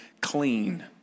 clean